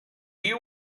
you